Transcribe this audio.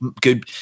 good